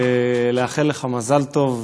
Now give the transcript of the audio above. לאחל לך מזל טוב,